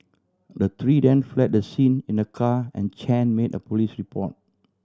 the three then fled the scene in a car and Chen made a police report